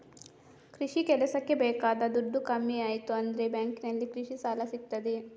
ಕೃಷಿ ಕೆಲಸಕ್ಕೆ ಬೇಕಾದ ದುಡ್ಡು ಕಮ್ಮಿ ಆಯ್ತು ಅಂದ್ರೆ ಬ್ಯಾಂಕಿನಲ್ಲಿ ಕೃಷಿ ಸಾಲ ಸಿಗ್ತದೆ